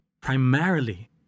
primarily